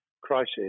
crisis